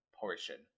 portion